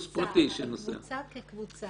פרטי שנוסע --- אבל קבוצה כקבוצה?